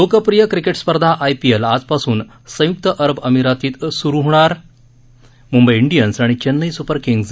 लोकप्रिय क्रिकेट स्पर्धा आयपीएल आजपासून संयुक्त अरब अमिरातीत सुरुवात मुंबई इंडियन्स आणि चेन्नई सुपर किंग्ज